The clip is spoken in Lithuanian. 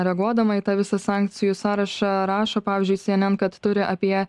reaguodama į tą visą sankcijų sąrašą rašo pavyzdžiui cnn kad turi apie